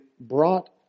brought